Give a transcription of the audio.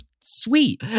sweet